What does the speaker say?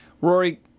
Rory